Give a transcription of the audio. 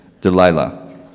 Delilah